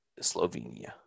slovenia